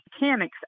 mechanics